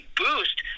boost